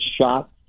shot